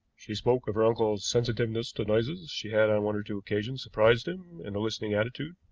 she spoke of her uncle's sensitiveness to noises she had on one or two occasions surprised him in a listening attitude.